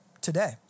today